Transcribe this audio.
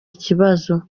ikibazo